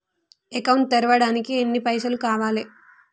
Account తెరవడానికి ఎన్ని పైసల్ కావాలే?